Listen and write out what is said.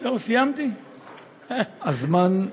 תודה,